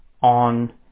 on